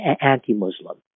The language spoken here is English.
anti-Muslim